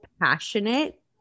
passionate